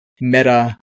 meta